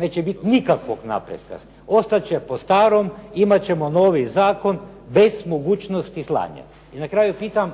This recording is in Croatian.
neće biti nikakvog napretka, ostati će po starom, imati ćemo novi zakon bez mogućnosti …/Govornik se ne razumije./…. I na kraju pitam,